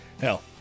hell